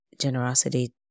generosity